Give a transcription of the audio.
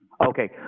Okay